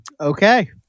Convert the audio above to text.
Okay